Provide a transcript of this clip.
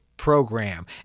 program